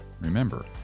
remember